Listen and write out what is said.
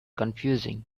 confusing